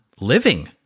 living